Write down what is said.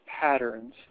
patterns